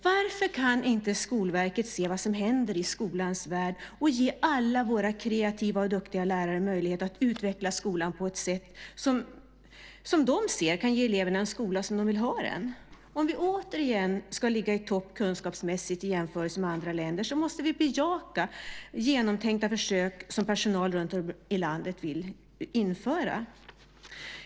Varför kan inte Skolverket se vad som händer i skolans värld och ge alla våra kreativa och duktiga lärare möjlighet att utveckla skolan på ett sådant sätt att de kan ge eleverna en skola som de vill ha? Om vi återigen ska ligga i topp kunskapsmässigt i jämförelse med andra länder måste vi bejaka genomtänkta försök som personal runtom i landet vill införa.